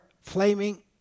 flaming